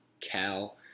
Cal